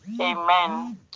Amen